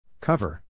Cover